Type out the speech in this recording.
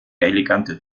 elegante